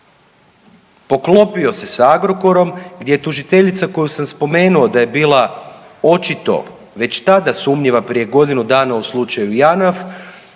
Poklopio se s Agrokorom gdje je tužiteljica koju sam spomenuo da je bila očito već tada sumnjiva prije godinu dana u slučaju JANAF